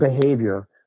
behavior